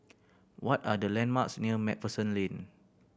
what are the landmarks near Macpherson Lane